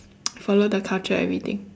follow the culture everything